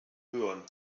hören